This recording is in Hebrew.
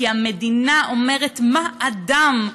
כי המדינה אומרת למה אדם,